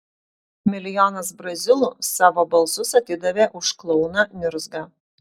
milijonas brazilų savo balsus atidavė už klouną niurzgą